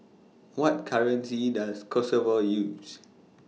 What currency Does Kosovo use